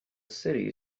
city